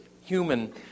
human